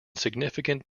significant